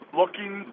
looking